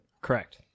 Correct